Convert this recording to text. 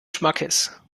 schmackes